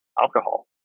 alcohol